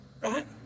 right